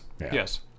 Yes